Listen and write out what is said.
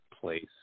place